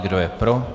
Kdo je pro?